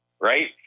right